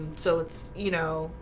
so it's you know,